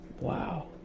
wow